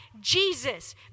Jesus